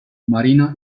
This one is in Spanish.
marina